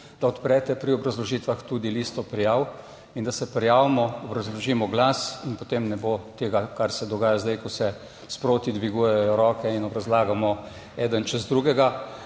da odprete pri obrazložitvah tudi listo prijav in da se prijavimo, obrazložimo glas in potem ne bo tega kar se dogaja zdaj, ko se sproti dvigujejo roke in obrazlagamo eden čez drugega.